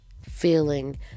feeling